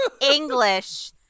English